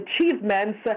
achievements